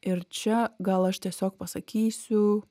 ir čia gal aš tiesiog pasakysiu